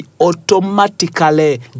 automatically